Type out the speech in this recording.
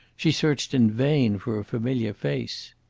she searched in vain for a familiar face.